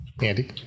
Andy